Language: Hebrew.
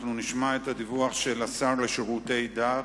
אנחנו נשמע את הדיווח של השר לשירותי דת,